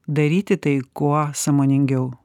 daryti tai kuo sąmoningiau